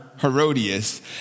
Herodias